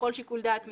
ככל שיקול דעת מינהלי,